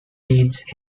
leads